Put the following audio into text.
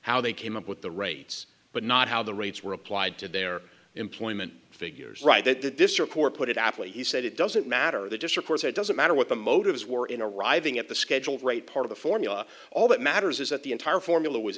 how they came up with the rates but not how the rates were applied to their employment figures right that this report put it aptly he said it doesn't matter they just records it doesn't matter what the motives were in a riving at the scheduled rate part of the formula all that matters is that the entire formula was